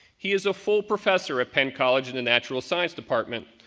he is a full professor at penn college in the natural science department,